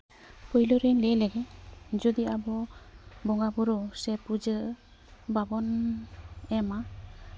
ᱯᱳᱭᱞᱳᱨᱮᱧ ᱞᱟᱹᱭ ᱞᱮᱜᱮ ᱡᱩᱫᱤ ᱟᱵᱚ ᱵᱚᱸᱜᱟᱼᱵᱳᱨᱳ ᱥᱮ ᱯᱩᱡᱟᱹ ᱵᱟᱵᱚᱱ ᱮᱢᱟ